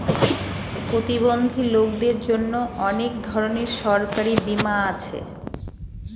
প্রতিবন্ধী লোকদের জন্য অনেক ধরনের সরকারি বীমা আছে